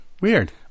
Weird